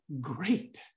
great